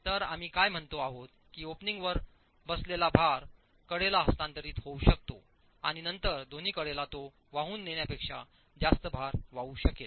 तर आम्ही काय म्हणतो आहोत की ओपनिंगवर वर बसलेला भार कडेला हस्तांतरित होऊ शकतो आणि नंतर दोन्ही कडेला ते वाहून नेण्यापेक्षा जास्त भार वाहू शकेल